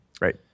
right